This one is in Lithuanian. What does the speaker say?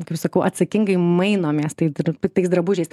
kaip sakau atsakingai mainomės tai tarp tais drabužiais